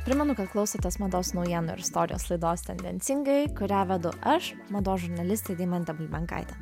primenu kad klausotės mados naujienų ir istorijos laidos tendencingai kurią vedu aš mados žurnalistė deimantė bulbenkaitė